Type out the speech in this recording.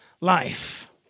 life